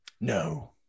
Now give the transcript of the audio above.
No